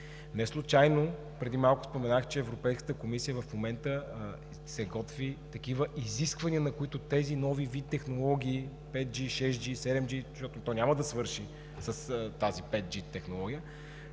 Неслучайно преди малко споменах, че в Европейската комисия в момента се готвят такива изисквания, на които тези нов вид технологии – 5G, 6G, 7G, защото то няма да свърши с тази 5G технология,